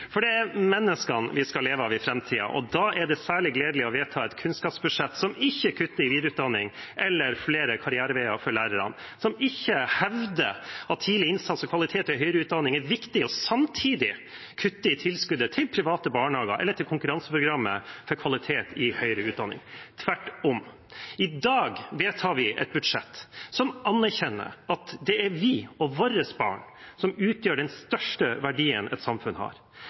For det er menneskene vi skal leve av i framtiden, og da er det særlig gledelig å vedta et kunnskapsbudsjett som ikke kutter i videreutdanning eller flere karriereveier for lærerne, som ikke hevder at tidlig innsats og kvalitet i høyere utdanning er viktig og samtidig kutter i tilskuddet til private barnehager eller til konkurranseprogrammet for kvalitet i høyere utdanning. Tvert om, i dag vedtar vi et budsjett som anerkjenner at det er vi og våre barn som utgjør den største verdien et samfunn har.